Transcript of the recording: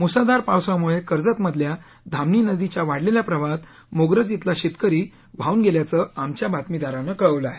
मुसळधार पावसामुळे कर्जतमधल्या धामणी नदीच्या वाढलेल्या प्रवाहात मोग्रज इथला शेतकरी वाहून गेल्याचं आमच्या बातमीदारानं कळवलं आहे